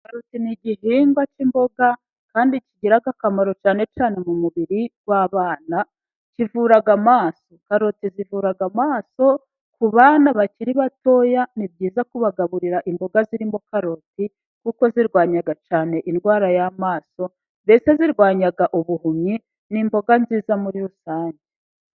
Karoti ni igihingwa k'imboga, kandi kigira akamaro cyane cyane mu mubiri w'abana, kivura amaso. Karoti zivura amaso, ku bana bakiri batoya ni byiza kubagaburira imboga zirimo karoti, kuko zirwanya cyane indwara y'amaso, mbese zirwanya ubuhumyi, ni imboga nziza muri rusange.